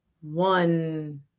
one